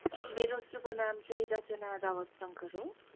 मेरो शुभनाम चाहिँ रचना रावत शङ्कर हो